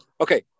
Okay